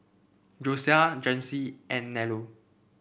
Josiah Jaycee and Nello